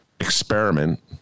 experiment